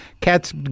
cats